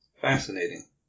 Fascinating